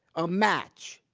a match.